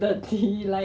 所以呢